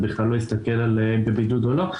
זה בכלל לא הסתכל על בבידוד או לא.